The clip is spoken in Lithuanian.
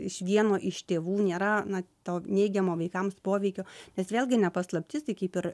iš vieno iš tėvų nėra na to neigiamo vaikams poveikio nes vėlgi ne paslaptis tai kaip ir